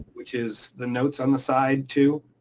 which is the notes on the side too.